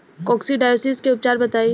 Coccidiosis के उपचार बताई?